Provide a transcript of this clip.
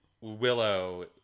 Willow